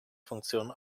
funktion